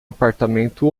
apartamento